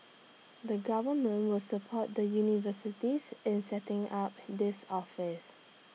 the government will support the universities in setting up this office